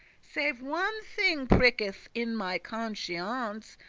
save one thing pricketh in my conscience,